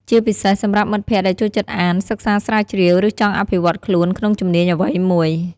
ជាពិសេសសម្រាប់មិត្តភក្តិដែលចូលចិត្តអាន សិក្សាស្រាវជ្រាវ ឬចង់អភិវឌ្ឍខ្លួនក្នុងជំនាញអ្វីមួយ។